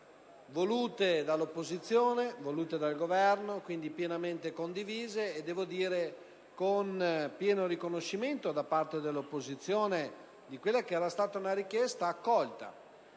volute dall'opposizione e dal Governo e, quindi, pienamente condivise, con pieno riconoscimento da parte dell'opposizione di quella che era stata una richiesta accolta.